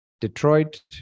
Detroit